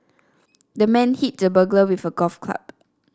the man hit the burglar with a golf club